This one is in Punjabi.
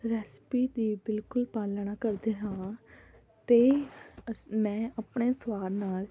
ਰੈਸਪੀ ਦੀ ਬਿਲਕੁਲ ਪਾਲਣਾ ਕਰਦੇ ਹਾਂ ਅਤੇ ਅਸ ਮੈਂ ਆਪਣੇ ਸਵਾਦ ਨਾਲ